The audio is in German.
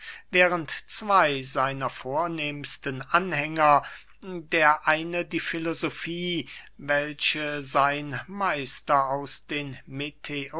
während zwey seiner vornehmsten anhänger der eine die filosofie welche sein meister aus den